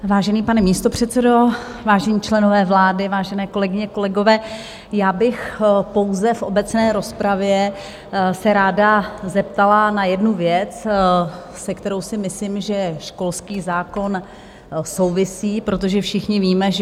Vážený pane místopředsedo, vážení členové vlády, vážené kolegyně, kolegové, já bych pouze v obecné rozpravě se ráda zeptala na jednu věc, se kterou si myslím, že školský zákon souvisí, protože všichni víme, že